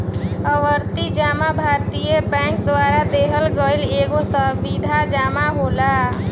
आवर्ती जमा भारतीय बैंकन द्वारा देहल गईल एगो सावधि जमा होला